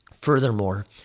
Furthermore